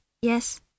yes